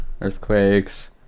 Earthquakes